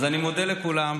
אז אני מודה לכולם,